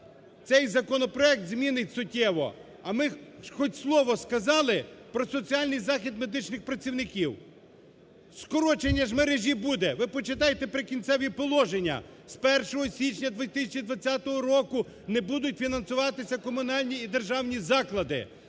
цей законопроект змінить суттєво, а ми хоч слово сказали про соціальний захист медичних працівників? Скорочення ж мережі буде, ви почитайте "Прикінцеві положення". З 1 січня 2020 року не будуть фінансуватися комунальні і державні заклади.